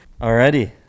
Alrighty